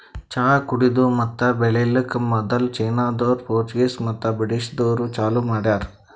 ಚಹಾ ಕುಡೆದು ಮತ್ತ ಬೆಳಿಲುಕ್ ಮದುಲ್ ಚೀನಾದೋರು, ಪೋರ್ಚುಗೀಸ್ ಮತ್ತ ಬ್ರಿಟಿಷದೂರು ಚಾಲೂ ಮಾಡ್ಯಾರ್